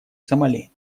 сомали